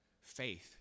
faith